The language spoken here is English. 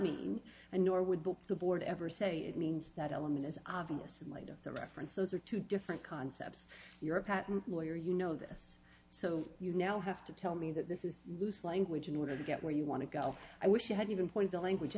mean and nor would the the board ever say it means that element is obvious in light of the reference those are two different concepts you're a patent lawyer you know this so you now have to tell me that this is loose language in order to get where you want to go i wish it hadn't been for the language